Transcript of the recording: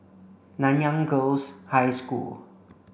Nanyang Girls' High School